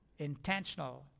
Intentional